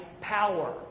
power